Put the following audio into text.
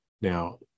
now